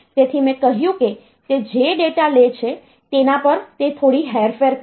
તેથી મેં કહ્યું કે તે જે ડેટા લે છે તેના પર તે થોડી હેરફેર કરે છે